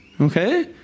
okay